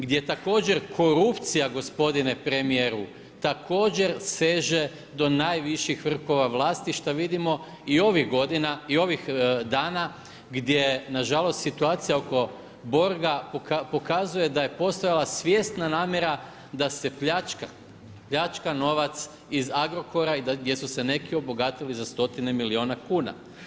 Gdje također korupcija gospodine premijeru, također seže do najviših vrhova vlasti šta vidimo i ovih godina i ovih dana gdje nažalost, situacija oko Borga pokazuje da je postojala svjesna namjera da se pljačka novac iz Agrokora i gdje su se neki obogatili za stotine milijuna kuna.